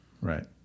Right